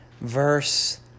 Verse